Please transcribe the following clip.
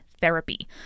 Therapy